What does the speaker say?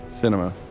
cinema